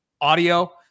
audio